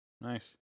Nice